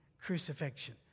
crucifixion